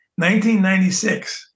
1996